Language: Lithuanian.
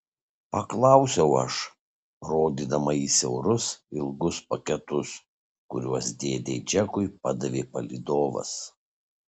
paklausiau aš rodydama į siaurus ilgus paketus kuriuos dėdei džekui padavė palydovas